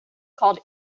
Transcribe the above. called